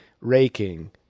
raking